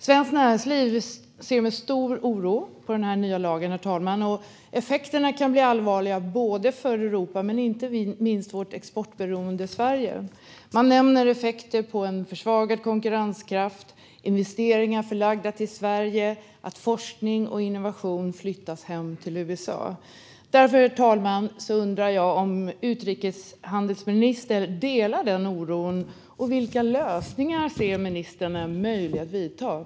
Svenskt Näringsliv ser med stor oro på den nya lagen, och effekterna kan bli allvarliga för både Europa och vårt exportberoende Sverige. Man nämner effekter i form av försvagad konkurrenskraft för investeringar som är förlagda till Sverige samt att forskning och innovation flyttas hem till USA. Herr talman! Jag undrar om utrikeshandelsministern delar oron. Vilka lösningar anser ministern är möjliga att införa?